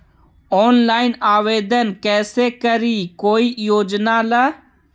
Online आवेदन कैसे करी कोई योजना ला?